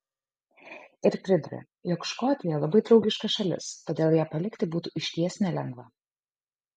ir priduria jog škotija labai draugiška šalis todėl ją palikti būtų išties nelengva